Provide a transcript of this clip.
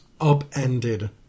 upended